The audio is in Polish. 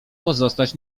pozostać